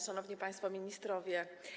Szanowni Państwo Ministrowie!